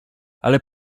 ale